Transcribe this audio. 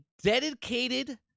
dedicated